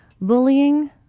Bullying